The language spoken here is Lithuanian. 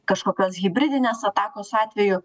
kažkokios hibridinės atakos atveju